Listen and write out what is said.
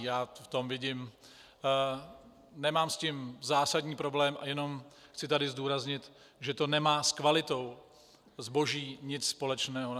Já v tom vidím nemám s tím zásadní problém, jenom chci tady zdůraznit, že to nemá s kvalitou zboží nic společného.